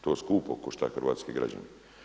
To skupa košta hrvatske građane.